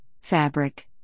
fabric